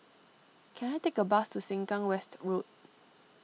can I take a bus to Sengkang West Road